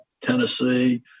Tennessee